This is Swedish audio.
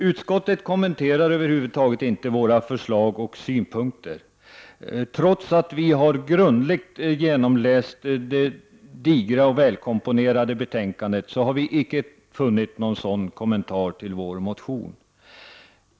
Utskottet kommenterar över huvud taget inte våra förslag och synpunkter. Trots att vi grundligt läst det digra och välkomponerade betänkandet har vi inte funnit någon sådan kommentar till vår motion.